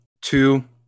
two